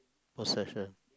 possession